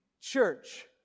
church